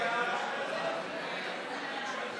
מדרוג עבירות